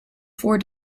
four